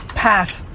pass.